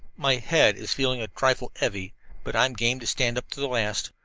my head is feeling a trifle heavy but i'm game to stand up to the last.